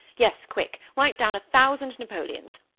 yes, quick. write down a thousand napoleons.